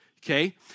Okay